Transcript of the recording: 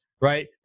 right